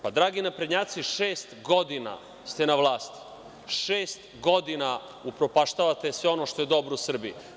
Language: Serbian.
Pa, dragi naprednjaci, šest godina ste na vlasti, šest godina upropaštavate sve ono što je dobro u Srbiji.